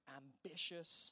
ambitious